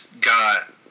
got